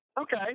Okay